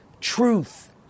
Truth